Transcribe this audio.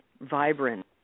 vibrant